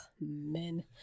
men